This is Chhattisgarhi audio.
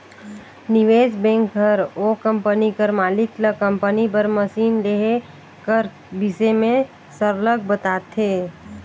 निवेस बेंक हर ओ कंपनी कर मालिक ल कंपनी बर मसीन लेहे कर बिसे में सरलग बताथे